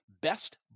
best